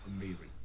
amazing